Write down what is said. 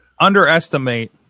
underestimate